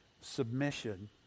submission